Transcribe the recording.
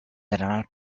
general